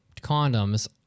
condoms